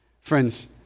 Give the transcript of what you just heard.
Friends